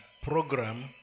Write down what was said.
program